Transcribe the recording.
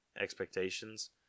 expectations